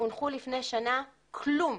הונחו לפני שנה, כלום.